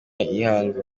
y’ihangu